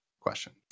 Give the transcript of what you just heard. Question